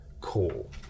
cool